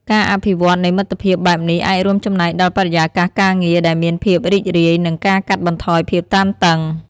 ការអភិវឌ្ឍន៍នៃមិត្តភាពបែបនេះអាចរួមចំណែកដល់បរិយាកាសការងារដែលមានភាពរីករាយ និងការកាត់បន្ថយភាពតានតឹង។